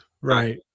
right